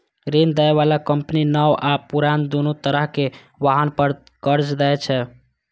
ऋण दै बला कंपनी नव आ पुरान, दुनू तरहक वाहन पर कर्ज दै छै